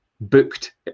booked